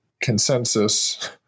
consensus